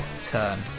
turn